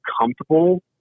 comfortable